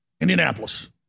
Indianapolis